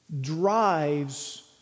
drives